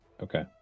Okay